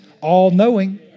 all-knowing